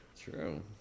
True